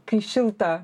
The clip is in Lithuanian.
kai šilta